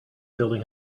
building